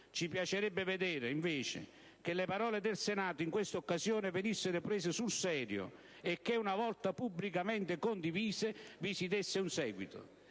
Ci piacerebbe vedere, invece, che le parole del Senato in questa occasione venissero prese sul serio e che, una volta pubblicamente condivise, vi si desse un seguito.